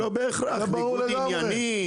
זה לא בהכרח ניגוד עניינים